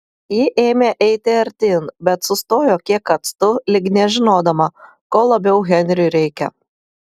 ji ėmė eiti artyn bet sustojo kiek atstu lyg nežinodama ko labiau henriui reikia